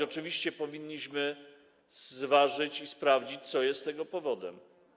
Oczywiście powinniśmy zważyć i sprawdzić, co jest tego powodem.